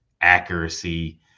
accuracy